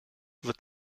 wird